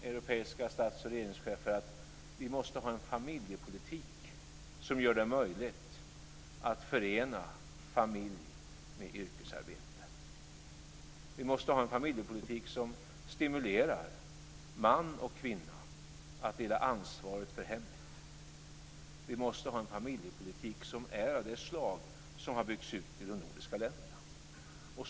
Europeiska stats och regeringschefer sade: Vi måste ha en familjepolitik som gör det möjligt att förena familj med yrkesarbete. Vi måste ha en familjepolitik som stimulerar man och kvinna att dela ansvaret för hemmet. Vi måste ha en familjepolitik som är av det slag som har byggts ut i de nordiska länderna.